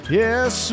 yes